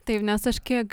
taip nes aš kiek